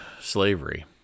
slavery